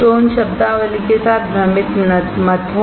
तो उन शब्दावली के साथ भ्रमित मत हो